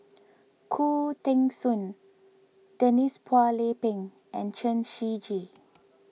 Khoo Teng Soon Denise Phua Lay Peng and Chen Shiji